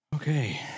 Okay